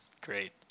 great